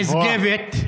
נשגבת.